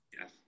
Yes